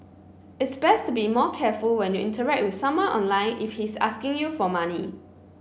it's best to be more careful when you interact with someone online if he's asking you for money